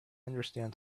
understand